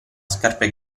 scarpe